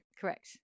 Correct